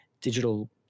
digital